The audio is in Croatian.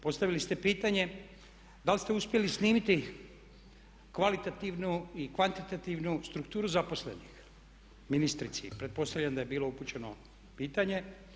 Postavili ste pitanje da li ste uspjeli snimiti kvalitativnu i kvantitativnu strukturu zaposlenih ministrici i pretpostavljam da je bilo upućeno pitanje.